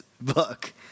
book